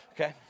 Okay